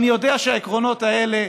אני יודע שהעקרונות האלה,